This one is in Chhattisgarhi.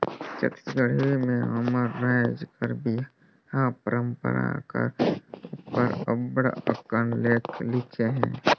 छत्तीसगढ़ी में हमर राएज कर बिहा परंपरा कर उपर अब्बड़ अकन लेख लिखे हे